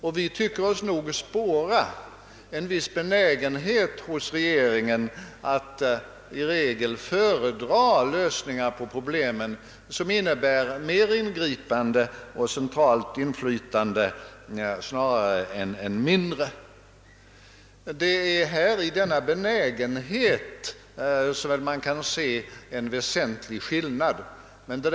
Men vi tycker oss spåra en viss benägenhet hos regeringen att föredra problemlösningar, som innebär mera ingripande och centralt inflytande snarare än de som kräver mindre därav. Det är i denna er benägenhet för centraldirigering man kan se en väsentlig skillnad beträffande tonvikten.